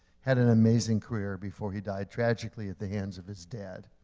had an amazing career before he died tragically at the hands of his dad.